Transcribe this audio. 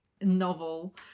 novel